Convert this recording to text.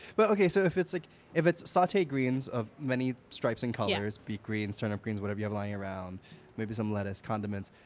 but so if it's like if it's sauteed greens of many stripes and colors beet greens, turnip greens, whatever you have lying around maybe some lettuce, condiments,